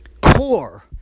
core